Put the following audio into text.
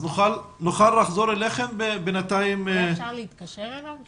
נבדוק מה קורה כי